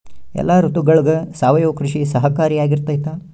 ಎಲ್ಲ ಋತುಗಳಗ ಸಾವಯವ ಕೃಷಿ ಸಹಕಾರಿಯಾಗಿರ್ತೈತಾ?